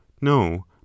No